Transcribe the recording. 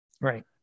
Right